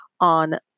on